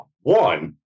One